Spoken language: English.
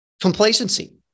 complacency